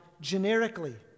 generically